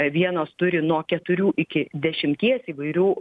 vienos turi nuo keturių iki dešimties įvairių